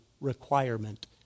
requirement